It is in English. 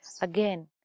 Again